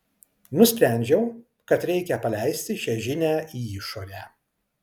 nusprendžiau kad reikia paleisti šią žinią į išorę